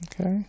Okay